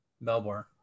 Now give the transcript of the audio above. Melbourne